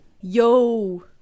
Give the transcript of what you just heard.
Yo